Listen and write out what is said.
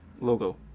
Logo